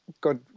good